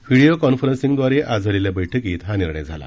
video कॉन्फरन्सिंगद्वारे आज झालेल्या बैठकीत हा निर्णय झाला